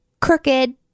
crooked